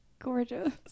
Gorgeous